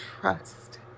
trust